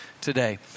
today